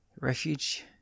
Refuge